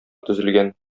төзелгән